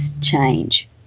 change